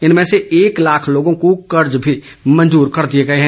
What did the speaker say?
इनमें से एक लाख लोगों को कर्ज भी मंजूर कर दिए गए हैं